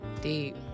deep